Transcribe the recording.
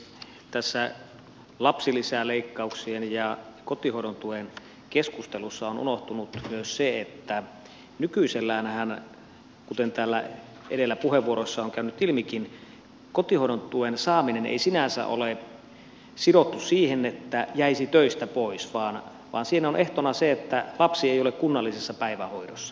tässä keskustelussa lapsilisäleikkauksista ja kotihoidon tuesta on unohtunut myös se että nykyiselläänhän kuten täällä edellä puheenvuoroissa on käynyt ilmikin kotihoidon tuen saaminen ei sinänsä ole sidottu siihen että jäisi töistä pois vaan siinä on ehtona se että lapsi ei ole kunnallisessa päivähoidossa